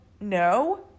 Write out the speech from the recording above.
no